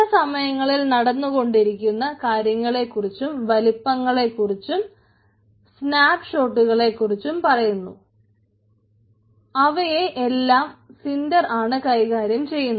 പല സമയങ്ങളിൽ നടന്നുകൊണ്ടിരിക്കുന്ന കാര്യങ്ങളെക്കുറിച്ചും വലിപ്പങ്ങളെക്കുറിച്ചും സ്നാപ്പ് ഷോട്ടുകളെക്കുറിച്ചും ആണ് കൈകാര്യം ചെയ്യുന്നത്